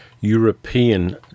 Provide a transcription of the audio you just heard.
European